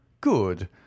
Good